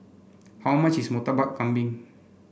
how much is Murtabak Kambing